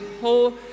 whole